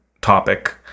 topic